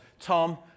Tom